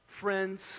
friends